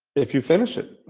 if you finish it.